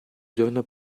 giorno